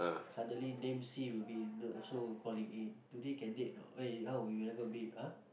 suddenly name C will be also calling eh today can date or not eh how you never date !huh!